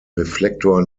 reflektor